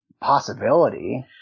possibility